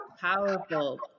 powerful